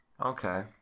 Okay